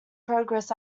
progress